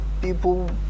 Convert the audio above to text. people